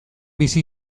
bizi